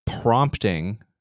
prompting